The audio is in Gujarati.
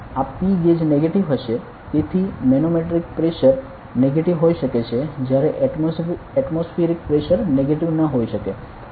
આ P ગેજ નેગેટિવ હશે તેથી મેનોમેટ્રિક પ્રેશર નેગેટિવે હોઈ શકે છે જ્યારે એટમોસફીયરિક પ્રેશર નેગેટિવ ન હોઈ શકે